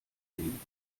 sehen